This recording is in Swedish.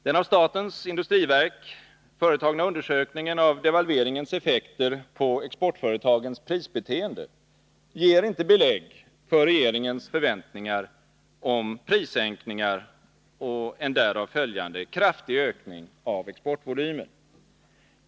Den av statens industriverk företagna undersökningen av devalveringens effekter på exportföretagens prisbeteende ger inte belägg för att regeringens förväntningar om prissänkningar och en därav följande kraftig ökning av exportvolymen skall infrias.